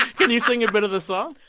can you sing a bit of the song?